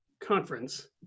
conference